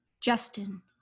Justin